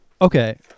okay